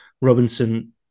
Robinson